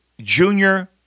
junior